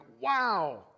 wow